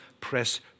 press